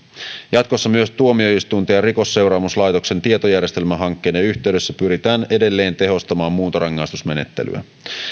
jatkossa myös tuomioistuinten ja rikosseuraamuslaitoksen tietojärjestelmähankkeiden yhteydessä pyritään edelleen tehostamaan muuntorangaistusmenettelyä